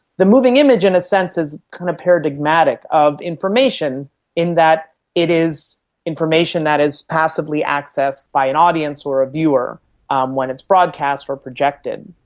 the moving image, in a sense, is kind of paradigmatic of information in that it is information that is passably accessed by an audience or a viewer um when it's broadcast or projected.